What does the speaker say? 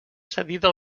cedida